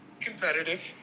Competitive